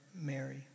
Mary